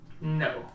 No